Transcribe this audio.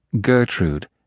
Gertrude